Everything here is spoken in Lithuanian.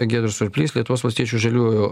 giedrius surplys lietuvos valstiečių žaliųjų